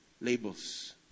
labels